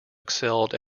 excelled